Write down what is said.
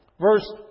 Verse